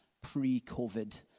pre-COVID